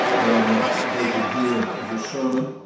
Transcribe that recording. and they could hear the sermon.